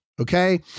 Okay